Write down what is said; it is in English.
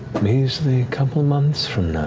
measly couple months from now,